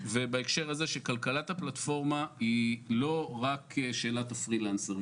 כלכלת הפלטפורמה היא לא רק שאלת הפרילנסר.